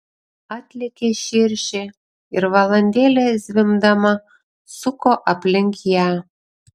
atlėkė širšė ir valandėlę zvimbdama suko aplink ją